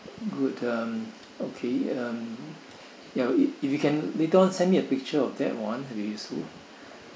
good um okay um ya if if you can later on send me a picture of that one would be useful